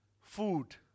food